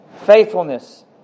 Faithfulness